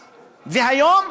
והיום,